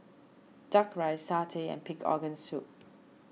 Duck Rice Satay and Pig's Organ Soup